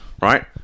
right